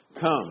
come